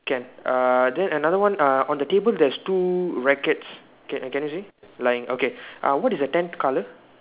can uh then another one uh on the table there's two rackets can can you see lying okay uh what is the tenth colour